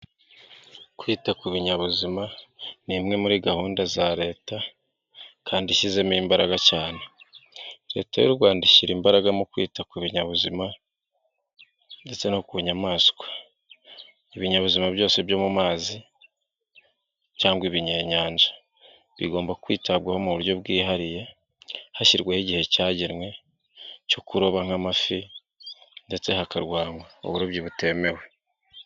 Kwita ku binyabuzima ni imwe muri gahunda za leta kandi ishyizemo imbaraga cyane. Leta y'u Rwanda ishyira imbaraga mu kwita ku binyabuzima ndetse no ku nyamaswa. Ibinyabuzima byose byo mu mazi cyangwa ibinyenyanja bigomba kwitabwaho mu buryo bwihariye hashyirwaho igihe cyagenwe cyo kuroba nk'amafi ndetse hakarwanwa uburobyi butemewe.